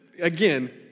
again